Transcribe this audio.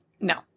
No